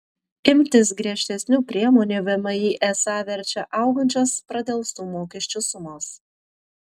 imtis griežtesnių priemonių vmi esą verčia augančios pradelstų mokesčių sumos